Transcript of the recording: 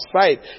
sight